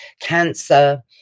cancer